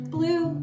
Blue